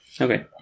Okay